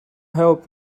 help